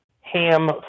ham